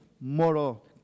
moral